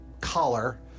collar